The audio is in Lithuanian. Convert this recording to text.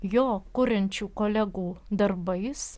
jo kuriančių kolegų darbais